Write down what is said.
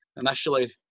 initially